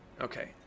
Okay